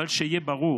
אבל שיהיה ברור: